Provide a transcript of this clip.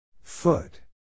Foot